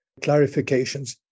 clarifications